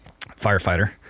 firefighter